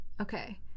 Okay